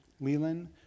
Leland